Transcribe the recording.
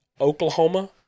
Oklahoma